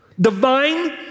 Divine